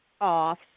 off